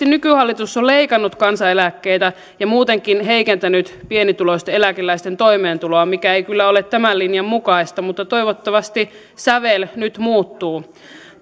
nykyhallitus on leikannut kansaneläkkeitä ja muutenkin heikentänyt pienituloisten eläkeläisten toimeentuloa mikä ei kyllä ole tämän linjan mukaista mutta toivottavasti sävel nyt muuttuu